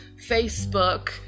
Facebook